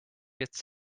its